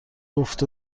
گفت